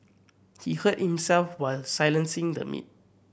he hurt himself while silencing the meat